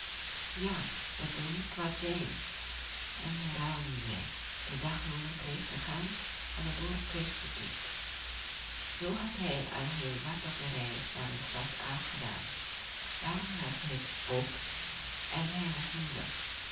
ja dat zou niet kwaad zijn en zoo ruilden zij de daglooner kreeg de gans en de boer kreeg de kip zoo had hij al heel wat op de reis naar de stad afgedaan warm was het ook en hij was moede